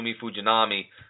Fujinami